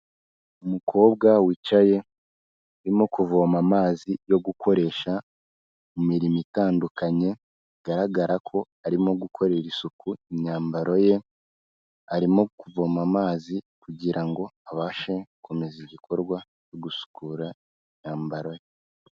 Umukobwa wicaye arimo kuvoma amazi yo gukoresha mu mirimo itandukanye, bigaragara ko arimo gukorera isuku imyambaro ye, arimo kuvoma amazi kugirango ngo abashe gukomeza igikorwa cyo gusukura imyambaro ye.